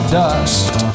dust